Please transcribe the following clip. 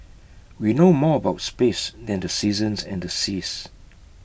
we know more about space than the seasons and the seas